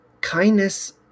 kindness